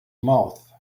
mouth